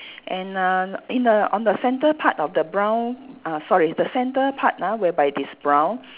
and uh in the on the centre part of the brown ah sorry the centre part ah whereby it's brown